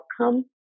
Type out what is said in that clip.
outcome